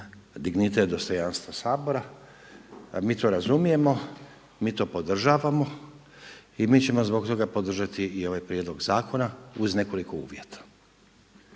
dignitet dostojanstvo Sabora, mi to razumijemo i mi to podržavamo i mi ćemo zbog toga podržati i ovaj prijedlog zakona uz nekoliko uvjeta.